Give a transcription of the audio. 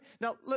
Now